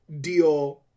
deal